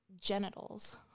genitals